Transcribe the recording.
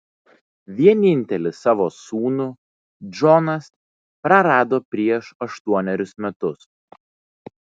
vienintelį savo sūnų džonas prarado prieš aštuonerius metus